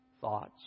thoughts